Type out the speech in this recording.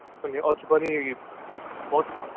अनि आज पनि बहुत